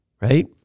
right